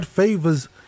Favors